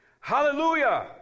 Hallelujah